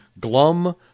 glum